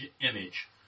image